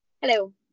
Hello